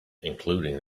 including